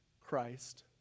Christ